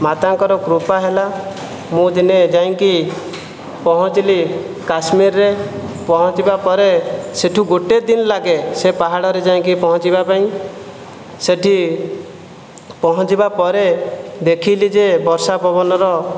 ମାତାଙ୍କର କୃପା ହେଲା ମୁଁ ଦିନେ ଯାଇକି ପହଞ୍ଚିଲି କାଶ୍ମୀରରେ ପହଞ୍ଚିବା ପରେ ସେ'ଠୁ ଗୋଟିଏ ଦିନ ଲାଗେ ସେ ପାହାଡ଼ରେ ଯାଇକି ପହଞ୍ଚିବା ପାଇଁ ସେ'ଠି ପହଞ୍ଚିବା ପରେ ଦେଖିଲି ଯେ ବର୍ଷା ପବନର